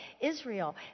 Israel